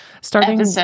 Starting